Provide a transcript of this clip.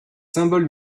symboles